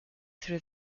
through